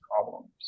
problems